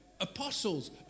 apostles